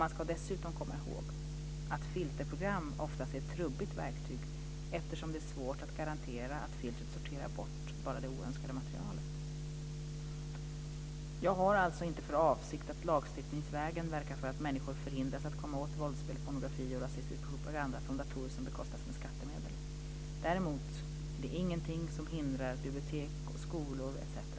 Man ska dessutom komma ihåg att filterprogram oftast är ett trubbigt verktyg, eftersom det är svårt att garantera att filtret sorterar bort endast oönskat material. Jag har alltså inte för avsikt att lagstiftningsvägen verka för att människor förhindras att komma åt våldsspel, pornografi och rasistisk propaganda från datorer som bekostas med skattemedel. Däremot är det inget som hindrar att bibliotek, skolor etc.